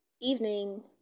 evening